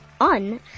on